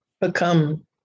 become